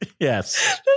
yes